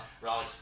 right